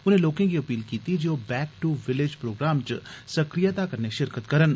उनें लोकें गी अपील कीती जे ओह् 'back to the village' programme च सक्रियता कन्नै शिरकत करन